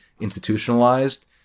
institutionalized